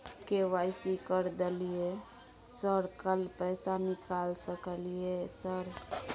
KYC कर दलियै sir कल पैसा निकाल सकलियै सर?